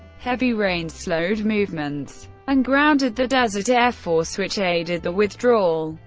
heavy rains slowed movements and grounded the desert air force, which aided the withdrawal.